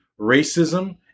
racism